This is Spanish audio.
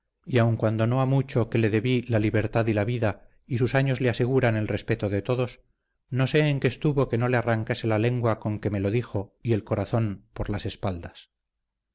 y aun cuando no ha mucho que le debí la libertad y la vida y sus años le aseguran el respeto de todos no sé en qué estuvo que no le arrancase la lengua con que me lo dijo y el corazón por las espaldas